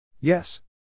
Yes